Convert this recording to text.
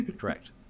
correct